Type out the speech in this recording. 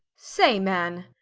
say man,